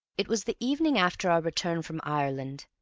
it was the evening after our return from ireland,